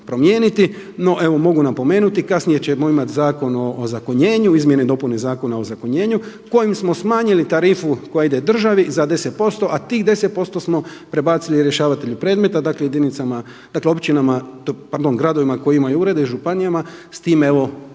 promijeniti no evo mogu napomenuti, kasnije ćemo imati zakon o ozakonjenju, o izmjeni i dopuni Zakona o ozakonjenju kojim smo smanjili tarifu koja ide državi za 10% a tih 10% smo prebacili rješavatelju predmeta, dakle jedinicama, dakle pardon gradovima koji imaju urede i županijama, s tim evo